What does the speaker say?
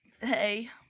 Hey